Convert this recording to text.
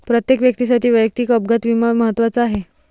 प्रत्येक व्यक्तीसाठी वैयक्तिक अपघात विमा महत्त्वाचा आहे